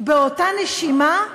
באותה נשימה,